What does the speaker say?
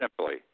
simply